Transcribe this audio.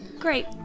great